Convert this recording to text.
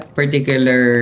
particular